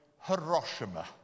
Hiroshima